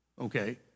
Okay